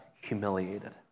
humiliated